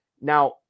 Now